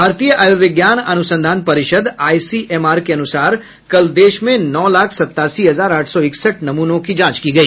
भारतीय आयुर्विज्ञान अनुसंधान परिषद आईसीएमआर के अनुसार कल देश में नौ लाख सत्तासी हजार आठ सौ इकसठ नमूनों की जांच की गई